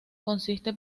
consiste